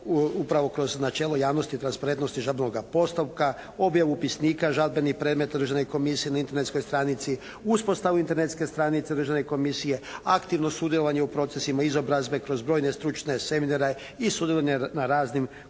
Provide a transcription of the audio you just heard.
upravo kroz načelo javnosti i transparentnosti žalbenoga postupka, objavu upisnika žalbenih predmeta državne komisije na internetskoj stranici, uspostavu internetske stranice državne komisije, aktivno sudjelovanje u procesima izobrazbe kroz brojne stručne seminare i sudjelovanje na raznim konzultativnim